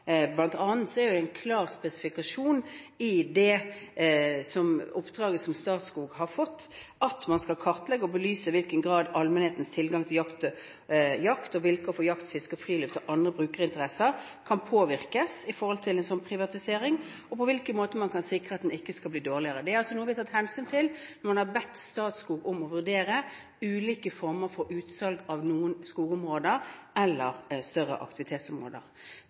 er det en klar spesifikasjon i det oppdraget Statskog har fått, at man skal kartlegge og belyse i hvilken grad allmennhetens tilgang til jakt – og vilkår for jakt, fiske, friluftsliv og andre brukerinteresser – kan påvirkes når det gjelder en sånn privatisering, og på hvilken måte man kan sikre at den ikke skal bli dårligere. Det er noe vi har tatt hensyn til når vi har bedt Statskog om å vurdere ulike former for utsalg av noen skogområder eller større aktivitetsområder.